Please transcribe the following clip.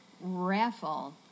raffle